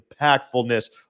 impactfulness